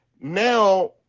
now